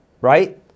right